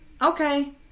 Okay